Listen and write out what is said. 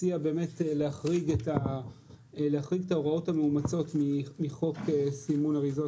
הציעה באמת להחריג את ההוראות המאומצות מחוק סימון אריזות